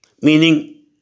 Meaning